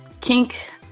kink